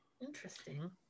Interesting